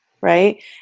right